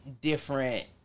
different